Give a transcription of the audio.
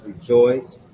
rejoice